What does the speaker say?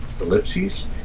ellipses